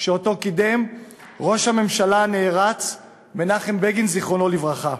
שקידם ראש הממשלה הנערץ מנחם בגין, זיכרונו לברכה.